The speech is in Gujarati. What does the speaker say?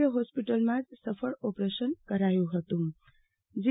જનરલ હોસ્પિટલમાં જ સફળ ઓપરેશન કરાયુ હતું જી